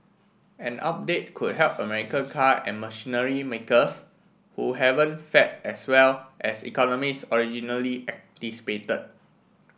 an update could help American car and machinery makers who haven't fared as well as economists originally anticipated